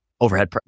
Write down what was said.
overhead